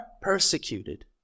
persecuted